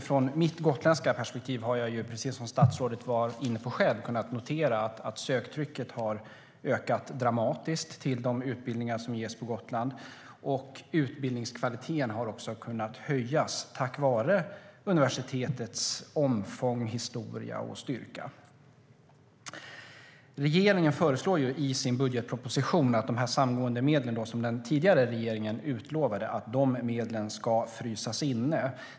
Från mitt gotländska perspektiv har jag kunnat notera det som också statsrådet själv framhöll, nämligen att söktrycket till de utbildningar som ges på Gotland har ökat dramatiskt, och utbildningskvaliteten har också kunnat höjas tack vare universitetets omfång, historia och styrka. Regeringen föreslår i sin budgetproposition att de samgåendemedel som den tidigare regeringen utlovade ska frysas inne.